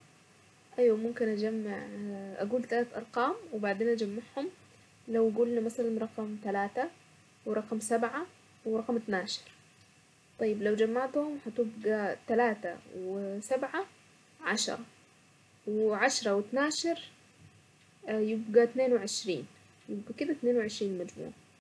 ايوا ممكن اجمع اقول ثلاث ارقام وبعدين اجمعهم لو قلنا مثلا رقم ثلاثة ورقم سبعة ورقم اثني عشر طيب لو جمعتهم هتبقى ثلاثة وسبعة عشرة وعشرة واثني عشر يبقى اثنين وعشرين كده اتنين وعشرين مجموعهم.